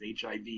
HIV